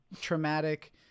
traumatic